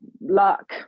luck